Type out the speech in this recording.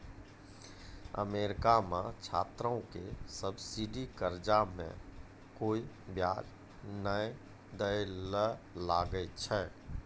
America मे छात्रो के सब्सिडी कर्जा मे कोय बियाज नै दै ले लागै छै